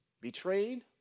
betrayed